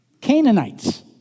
Canaanites